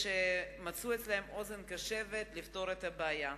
שמצאו אצלם אוזן קשבת לפתור את הבעיה.